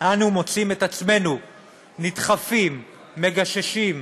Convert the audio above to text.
אנו מוצאים את עצמנו נדחפים, מגששים,